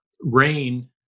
rain